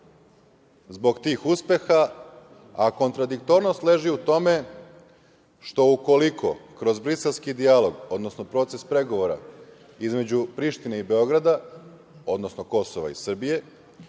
zbog tih uspeha, a kontradiktornost leži u tome što ukoliko kroz briselski dijalog, odnosno proces pregovora između Prištine i Beograda, odnosno Kosova i Srbije,